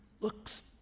looks